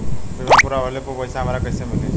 बीमा पूरा होले पर उ पैसा हमरा के कईसे मिली?